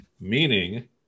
Meaning